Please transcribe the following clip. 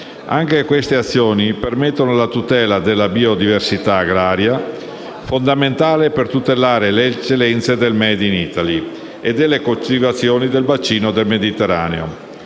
Anche queste azioni permettono la tutela della biodiversità agraria, fondamentale per tutelare le eccellenze del *made in Italy* e delle coltivazioni del bacino del Mediterraneo.